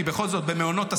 כי בכל זאת במעונות עסקינן,